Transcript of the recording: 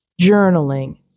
Journaling